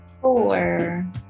Four